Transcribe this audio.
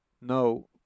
No